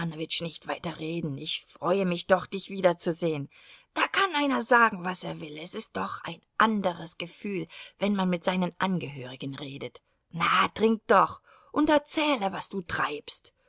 nicht weiter reden ich freue mich doch dich wiederzusehen da kann einer sagen was er will es ist doch ein anderes gefühl wenn man mit seinen angehörigen redet na trink doch und erzähle was du treibst